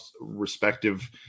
respective